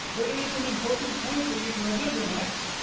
but it is an important point for you to remember, max,